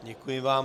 Děkuji vám.